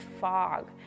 fog